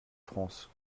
france